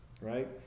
right